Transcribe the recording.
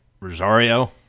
Rosario